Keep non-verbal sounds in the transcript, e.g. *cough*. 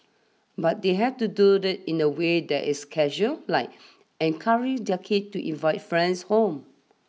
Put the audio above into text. but they have to do *unintelligible* in a way that is casual like encouraging their kids to invite friends home